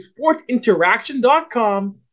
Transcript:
sportsinteraction.com